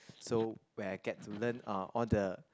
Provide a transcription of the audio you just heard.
so where I get to learn uh all the